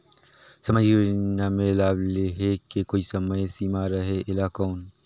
समाजिक योजना मे लाभ लहे के कोई समय सीमा रहे एला कौन?